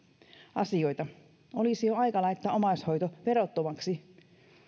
asioita olisi jo aika laittaa omaishoito verottomaksi